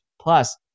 Plus